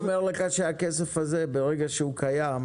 ואני אומר לך שהכסף הזה ברגע שהוא קיים,